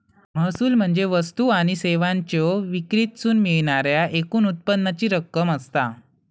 महसूल म्हणजे वस्तू आणि सेवांच्यो विक्रीतसून मिळणाऱ्या एकूण उत्पन्नाची रक्कम असता